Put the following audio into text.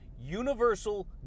universal